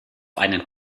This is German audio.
einen